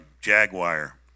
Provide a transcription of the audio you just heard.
Jaguar